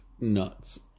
nuts